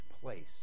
place